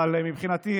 אבל מבחינתי,